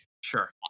Sure